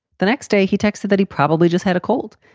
the next day, he texted that he probably just had a cold,